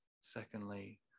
Secondly